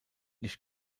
nicht